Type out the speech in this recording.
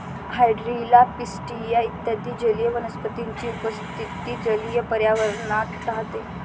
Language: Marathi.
हायड्रिला, पिस्टिया इत्यादी जलीय वनस्पतींची उपस्थिती जलीय पर्यावरणात राहते